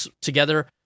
together